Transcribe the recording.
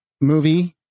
movie